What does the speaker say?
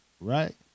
right